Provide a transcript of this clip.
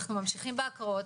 אנחנו ממשיכים בהקראות.